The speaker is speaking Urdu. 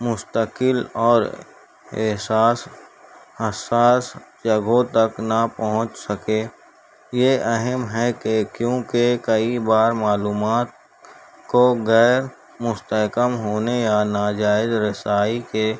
مستقل اور احساس حساس جگہوں تک نہ پہنچ سکے یہ اہم ہے کہ کیونکہ کئی بار معلومات کو غیر مستحکم ہونے یا نا جائز رسائی کے